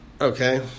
Okay